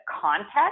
context